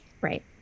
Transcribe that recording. Right